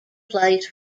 plays